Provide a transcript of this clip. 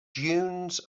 dunes